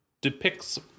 depicts